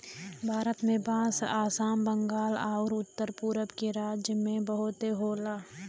भारत में बांस आसाम, बंगाल आउर उत्तर पुरब के राज्य में बहुते होला